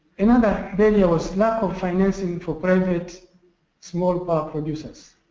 another barrier was lack of financing for private small power producers.